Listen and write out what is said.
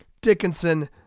Dickinson